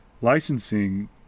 licensing